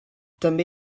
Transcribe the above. també